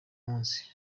munsi